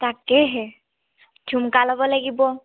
তাকেহে ঝুমকা ল'ব লাগিব